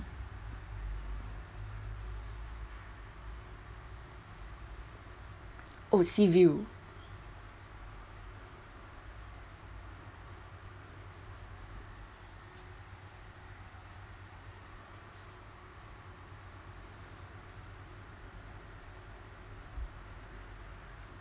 oh sea view